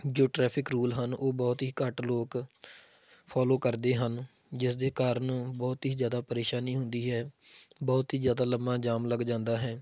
ਜੋ traffic rule ਹਨ ਉਹ ਬਹੁਤ ਹੀ ਘੱਟ ਲੋਕ ਫੋਲੋ ਕਰਦੇ ਹਨ ਜਿਸ ਦੇ ਕਾਰਨ ਬਹੁਤ ਹੀ ਜ਼ਿਆਦਾ ਪ੍ਰੇਸ਼ਾਨੀ ਹੁੰਦੀ ਹੈ ਬਹੁਤ ਹੀ ਜ਼ਿਆਦਾ ਲੰਬਾ ਜਾਮ ਲੱਗ ਜਾਂਦਾ ਹੈ